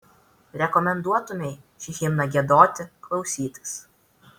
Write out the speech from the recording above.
rekomenduotumei šį himną giedoti klausytis